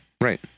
right